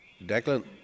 Declan